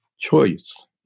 choice